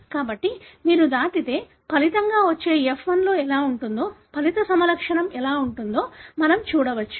కాబట్టి మీరు దాటితే ఫలితంగా వచ్చే ఎఫ్ 1 ఎలా ఉంటుందో ఫలిత సమలక్షణం ఎలా ఉంటుందో మనం చూడవచ్చు